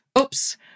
Oops